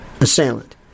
assailant